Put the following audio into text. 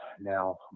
now